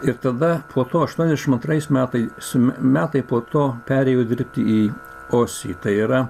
ir tada po to aštuoniasdešimt antrais metais su metai po to perėjau dirbti į osį tai yra